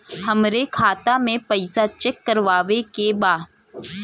हमरे खाता मे पैसा चेक करवावे के बा?